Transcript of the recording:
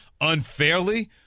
unfairly